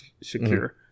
secure